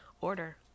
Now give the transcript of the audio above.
order